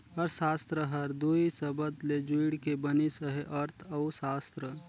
अर्थसास्त्र हर दुई सबद ले जुइड़ के बनिस अहे अर्थ अउ सास्त्र